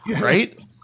right